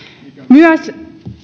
myös